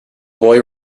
boy